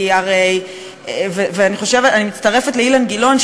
אני מצטרפת לאילן גילאון,